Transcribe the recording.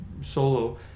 solo